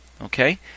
Okay